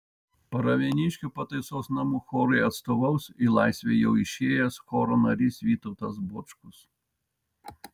pravieniškių pataisos namų chorui atstovaus į laisvę jau išėjęs choro narys vytautas bočkus